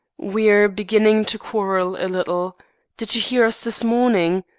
we're beginning to quarrel a little did you hear us this morning?